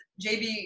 JB